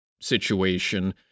situation